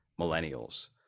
millennials